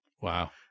Wow